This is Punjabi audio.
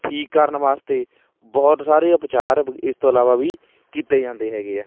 ਠੀਕ ਕਰਨ ਵਾਸਤੇ ਬਹੁਤ ਸਾਰੇ ਵਿਚਾਰ ਇਸ ਤੋਂ ਇਲਾਵਾ ਵੀ ਕੀਤੇ ਜਾਂਦੇ ਹੈਗੇ ਆ